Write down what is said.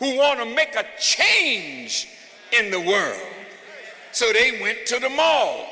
he want to make a change in the world so they went to the mall